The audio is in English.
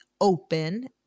open